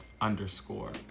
underscore